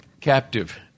captive